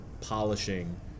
polishing